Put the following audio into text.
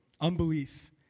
unbelief